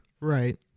Right